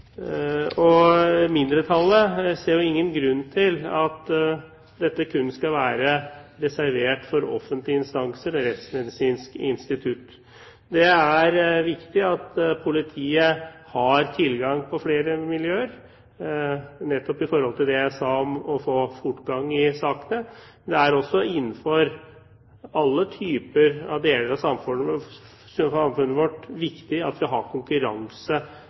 Mindretallet ser ingen grunn til at dette kun skal være reservert for offentlige instanser og Rettsmedisinsk institutt. Det er viktig at politiet har tilgang på flere miljøer, nettopp med tanke på det jeg sa om å få fortgang i sakene. Det er også innenfor alle deler av samfunnet vårt viktig at vi har konkurranse